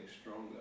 stronger